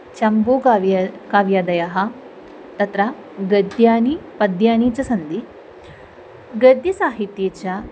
चम्पूकाव्य काव्यादयः तत्र गद्यानि पद्यानि च सन्ति गद्यसाहित्ये च